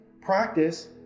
practice